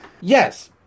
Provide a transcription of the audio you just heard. Yes